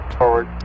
forward